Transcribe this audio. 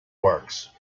works